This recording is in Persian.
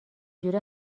جوره